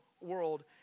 world